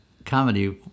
comedy